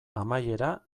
amaiera